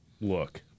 look